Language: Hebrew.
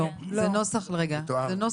לא, זה נוסח משולב.